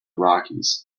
rockies